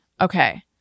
Okay